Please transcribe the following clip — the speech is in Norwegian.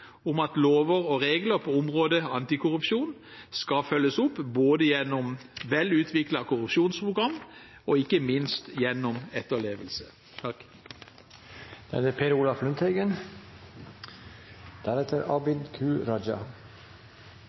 om at lover og regler på området antikorrupsjon skal følges opp, både gjennom vel utviklede korrupsjonsprogram og – ikke minst – gjennom etterlevelse.